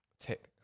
Tick